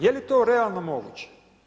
Je li to realno moguće?